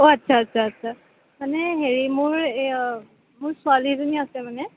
অ' আটচা আটচা আটচা মানে হেৰি মোৰ এ ছোৱালী এজনী আছে মানে